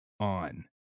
on